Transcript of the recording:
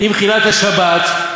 אם חיללת שבת,